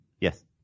Yes